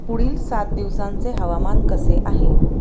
पुढील सात दिवसांचे हवामान कसे आहे